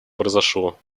произошло